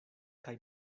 kaj